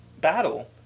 battle